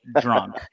drunk